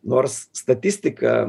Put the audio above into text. nors statistika